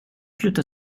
sluta